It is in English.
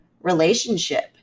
relationship